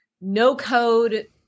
no-code